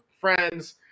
friends